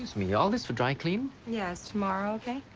me. all this for dry cleaning? yeah. is tomorrow okay?